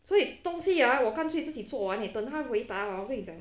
所以东西 ah 我干脆自己做完 leh 等他回答 hor 我跟你讲